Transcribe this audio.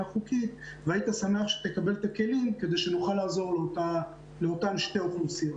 חוקית והיית שמח שתקבל את הכלים כדי שנוכל לעזור לאותן שתי אוכלוסיות?